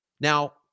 Now